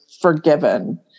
forgiven